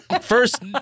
first